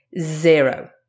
Zero